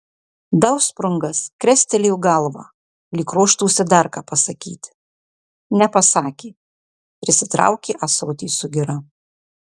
dausprungas krestelėjo galvą lyg ruoštųsi dar ką pasakyti nepasakė prisitraukė ąsotį su gira